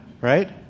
right